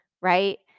right